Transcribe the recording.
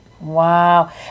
Wow